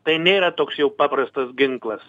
tai nėra toks jau paprastas ginklas